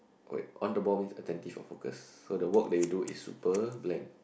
wait on the ball means attentive or focus so the work you do is super blank